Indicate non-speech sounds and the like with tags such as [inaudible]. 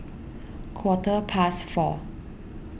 [noise] quarter past four